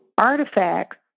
artifacts